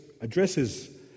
addresses